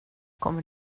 kommer